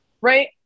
Right